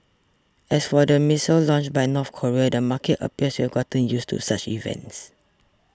as for the missile launch by North Korea the market appears to have gotten used to such events